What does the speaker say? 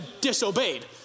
disobeyed